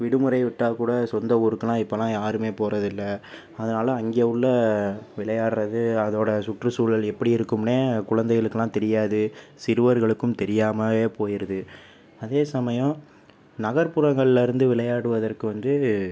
விடுமுறை விட்டால் கூட சொந்த ஊருக்குலாம் இப்போலாம் யாருமே போகிறது இல்லை அதனால அங்கே உள்ள விளையாடுவது அதோடய சுற்றுசூழல் எப்படி இருக்கும்னே குழந்தைகளுக்குலாம் தெரியாது சிறுவர்களுக்கும் தெரியாமல் போயிடுது அதே சமயம் நகர்புறங்கள்லேருந்து விளையாடுவதற்கு வந்து